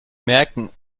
merken